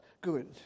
good